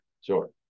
Sure